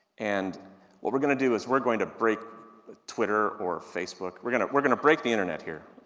and what we're going to do is we're going to break ah twitter or facebook. we're going to, we're going to break the internet here,